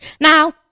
now